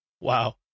Wow